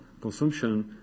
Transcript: consumption